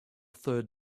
third